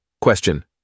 Question